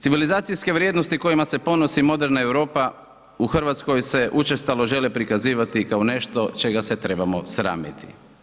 Civilizacijske vrijednosti kojima se ponosi moderna Europa u RH se učestalo žele prikazivati kao nešto čega se trebamo sramiti.